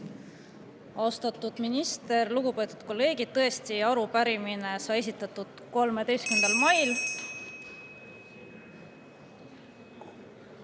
Austatud minister! Lugupeetud kolleegid! Tõesti, arupärimine sai esitatud 13. mail.